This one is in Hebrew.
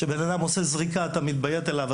כשבן אדם עושה זריקה אתה מתביית עליו,